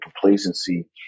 complacency